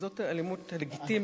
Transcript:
וזאת האלימות הלגיטימית,